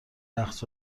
رقص